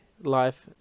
life